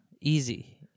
Easy